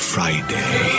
Friday